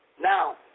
Now